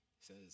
says